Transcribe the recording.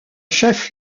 chef